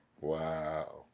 Wow